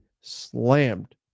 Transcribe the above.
slammed